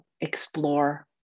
explore